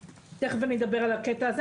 תיכף אני אדבר על הקטע הזה.